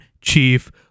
chief